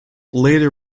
later